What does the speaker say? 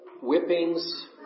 whippings